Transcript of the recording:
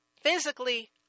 physically